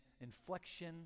inflection